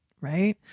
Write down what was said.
right